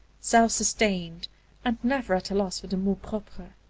self-sustained and never at a loss for the mot propre.